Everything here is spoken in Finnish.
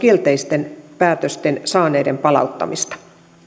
kielteisten päätösten saaneiden palauttamista